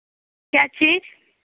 क्या चीज़